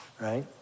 right